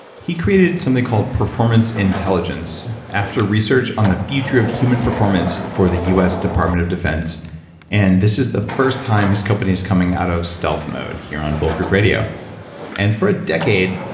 he created something called performance intelligence after research on the future of human performance for the us department of defense and this is the first time his company is coming out of stealth mode here on bulletproof radio and for a decade,